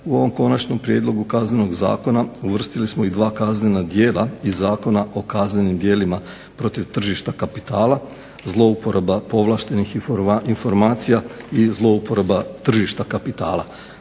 u ovom Konačnom prijedlogu Kaznenog zakona uvrstili smo i dva kaznena djela iz Zakona o kaznenim djelima protiv tržišta kapitala, zlouporaba povlaštenih informacija i zlouporaba tržišta kapitala.